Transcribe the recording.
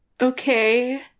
Okay